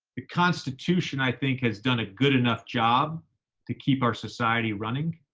the constitution, i think, has done a good enough job to keep our society running.